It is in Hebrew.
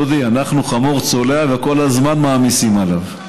דודי, אנחנו חמור צולע וכל הזמן מעמיסים עליו.